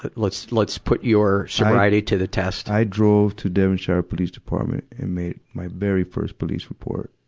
but let's, let's put your sobriety to the test. i drove to devonshire police department and made my very first police report.